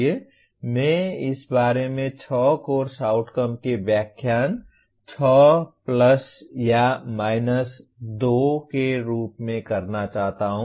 मैं इस बारे में 6 कोर्स आउटकम्स की व्याख्या 6 या 2 के रूप में करना चाहता हूं